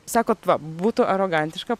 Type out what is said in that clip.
sakot va būtų arogantiška